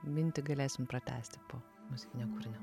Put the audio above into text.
mintį galėsim pratęsti po muzikinio kūrinio